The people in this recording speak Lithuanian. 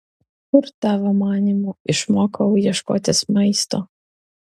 kur tavo manymu išmokau ieškotis maisto